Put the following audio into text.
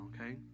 okay